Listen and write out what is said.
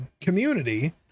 community